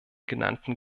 genannten